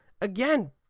again